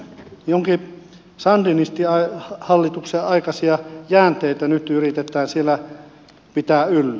jonkin sandinistihallituksen aikaisia jäänteitä nyt yritetään siellä pitää yllä